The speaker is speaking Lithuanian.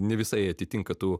ne visai atitinka tų